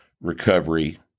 recovery